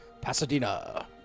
Pasadena